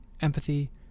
empathy